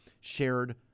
shared